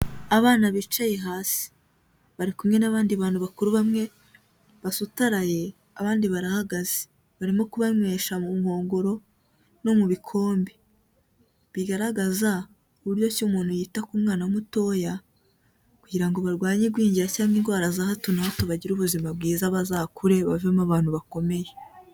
Abana bicaye hasi bari kumwe n'abandi bantu bakuru bamwe basutaraye abandi barahagaze, barimo kubanywesha mu nkongoro no mu bikombe, bigaragaza uburyo ki umuntu yita ku mwana mutoya kugira ngo barwanye igwingira cyangwa indwara za hato na hato bagira ubuzima bwiza bazakure bavemo abantu bakomeye.